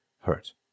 hurt